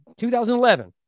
2011